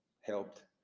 helped